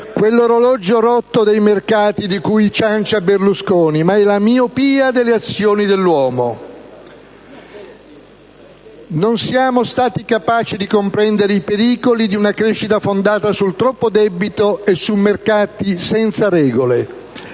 quell'orologio rotto dei mercati di cui ciancia Berlusconi, ma la miopia delle azioni dell'uomo. Non siamo stati capaci di comprendere i pericoli di una crescita fondata sul troppo debito e su mercati senza regole.